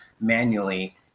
manually